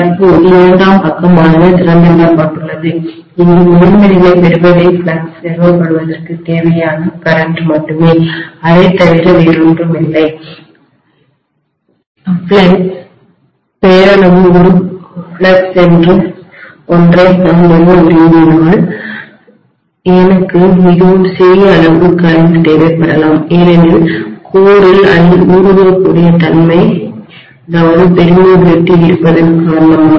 தற்போது இரண்டாம் பக்கமானது திறந்து விடப்பட்டுள்ளது இங்கு முதன்மை நிலை பெறுவது ஃப்ளக்ஸ் நிறுவப்படுவதற்குத் தேவையான மின்னோட்டம்கரண்ட் மட்டுமே அதைத் தவிர வேறொன்றுமில்லை நாமினல் ஃப்ளக்ஸ் பெயரளவு ஒரு ஃப்ளக்ஸ் ஒன்றை நான் நிறுவ விரும்பினால் எனக்கு மிகவும் சிறிய அளவு மின்னோட்டம்கரண்ட் தேவைப்படலாம் ஏனெனில் மையத்தில்கோரில் அதிக ஊடுருவக்கூடிய தன்மை பெர்மியபிலில்டிஇருப்பதன் காரணமாக